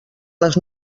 les